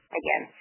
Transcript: again